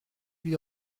lui